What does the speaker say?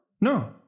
No